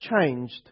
changed